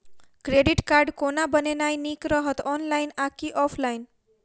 Credit card कोना बनेनाय नीक रहत? ऑनलाइन आ की ऑफलाइन?